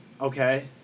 Okay